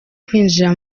kwinjira